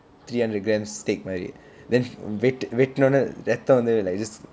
three hundred grams steak மாதிரி:maathiri then வெட்டு வெட்டு உடனே ரத்தம் வந்து:vettu vettu udane rattham vanthu like just